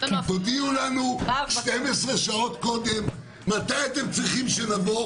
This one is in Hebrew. תודיעו לנו 12 שעות קודם מתי אתם צריכים לבוא